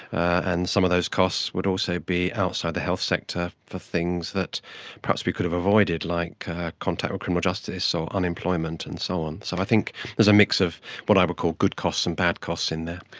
and some of those costs would also be outside the health sector for things that perhaps we could have avoided, like contact with criminal justice or so unemployment and so on. so i think there's a mix of what i would call a good costs and bad costs in there.